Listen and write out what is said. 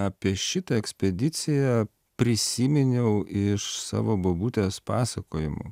apie šitą ekspediciją prisiminiau iš savo bobutės pasakojimų